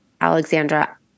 Alexandra